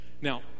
Now